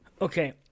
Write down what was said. Okay